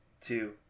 two